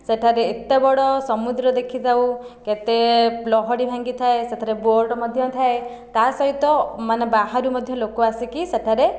ସେଠାରେ ଏତେ ବଡ଼ ସମୁଦ୍ର ଦେଖି ଥାଉ କେତେ ଲହଡ଼ି ଭାଙ୍ଗିଥାଏ ସେଥିରେ ବୋଟ୍ ମଧ୍ୟ ଥାଏ ତା ସହିତ ମାନେ ବାହାରୁ ମଧ୍ୟ ଲୋକ ଆସିକି ସେଠାରେ